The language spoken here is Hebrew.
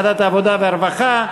ועדת העבודה והרווחה,